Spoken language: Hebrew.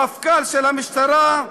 המפכ"ל של המשטרה,